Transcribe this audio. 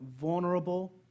vulnerable